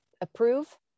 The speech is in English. approve